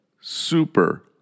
super